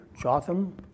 Jotham